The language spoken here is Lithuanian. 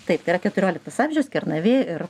taip tai yra keturioliktas amžius kernavė ir